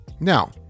Now